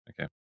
okay